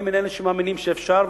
אני מאלה שמאמינים שאפשר,